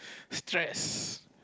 stress